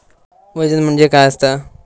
वजन म्हणजे काय असता?